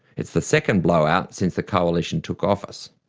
it's the second blowout since the coalition took office.